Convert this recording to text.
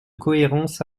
cohérence